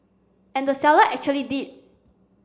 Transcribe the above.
and the seller actually did